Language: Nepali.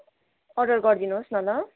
अर्डर गरिदिनु होस् न ल